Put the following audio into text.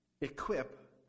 Equip